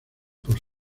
por